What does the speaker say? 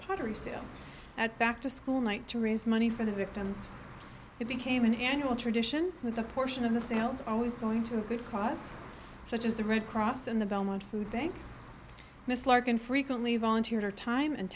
pottery sale at back to school night to raise money for the victims it became an annual tradition with a portion of the sales always going to a good cause such as the red cross and the belmont food bank miss larkin frequently volunteered her time and